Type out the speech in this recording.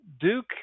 Duke